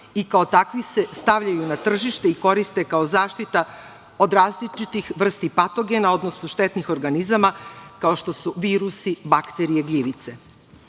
i kao takvi se stavljaju na tržište i koriste kao zaštita od različitih vrsti patogena, odnosno štetnih organizama kao što su virusi, bakterije, gljivice.